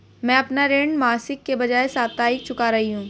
मैं अपना ऋण मासिक के बजाय साप्ताहिक चुका रही हूँ